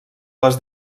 les